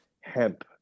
hemp